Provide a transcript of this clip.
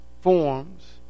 forms